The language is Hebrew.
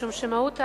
משום שמהות ההצעה,